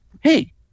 hey